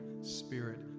spirit